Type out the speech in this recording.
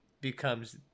becomes